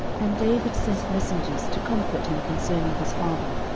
and david sent messengers to comfort him concerning his father.